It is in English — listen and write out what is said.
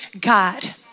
God